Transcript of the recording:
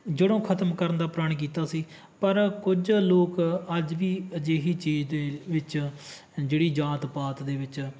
ਜੜੋਂ ਖਤਮ ਕਰਨ ਦਾ ਪ੍ਰਣ ਕੀਤਾ ਸੀ ਪਰ ਕੁਝ ਲੋਕ ਅੱਜ ਵੀ ਅਜਿਹੀ ਚੀਜ਼ ਦੇ ਵਿੱਚ ਜਿਹੜੀ ਜਾਤ ਪਾਤ ਦੇ ਵਿੱਚ